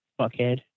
Fuckhead